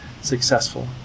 successful